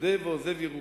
מודה ועוזב ירוחם.